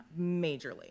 Majorly